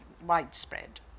widespread